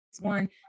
one